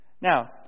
Now